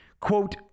Quote